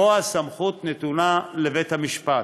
שבו הסמכות נתונה לבית-המשפט.